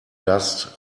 dust